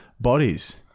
bodies